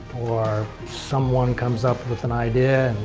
or someone comes up with an idea,